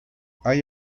hay